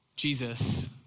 Jesus